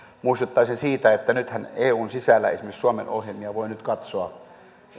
muistuttaisin siitä että nythän eun sisällä esimerkiksi suomen ohjelmia voi katsoa